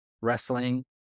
wrestling